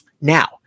Now